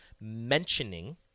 mentioning